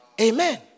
Amen